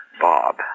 Bob